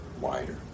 wider